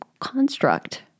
construct